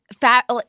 fat